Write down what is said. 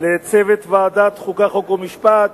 לצוות ועדת החוקה, חוק ומשפט,